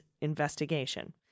investigation